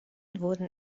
wurden